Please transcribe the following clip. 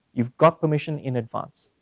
you've got permission in advance,